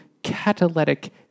Catalytic